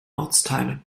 ortsteile